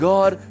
God